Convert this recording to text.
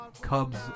Cubs